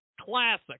Classic